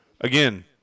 Again